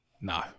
No